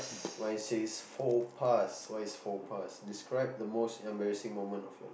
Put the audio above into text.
mine says four pass what is four pass describe the most embarrassing moment of your